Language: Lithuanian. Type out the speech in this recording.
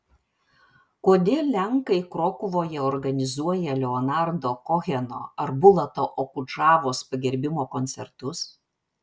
kodėl lenkai krokuvoje organizuoja leonardo koheno ar bulato okudžavos pagerbimo koncertus